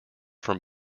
from